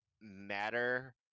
matter